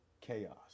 chaos